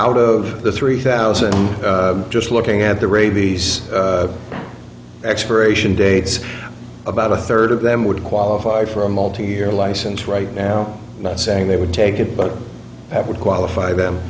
out of the three thousand just looking at the rabies expiration dates about a third of them would qualify for a multi year license right now i'm not saying they would take it but that would qualify them